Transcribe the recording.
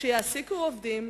שיעסיקו עובדים,